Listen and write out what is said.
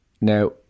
Now